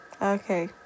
okay